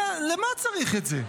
למה צריך את זה?